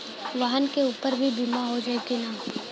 वाहन के ऊपर भी बीमा हो जाई की ना?